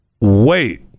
Wait